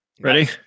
Ready